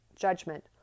judgment